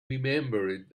remembered